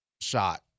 shot